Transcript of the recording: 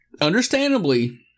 Understandably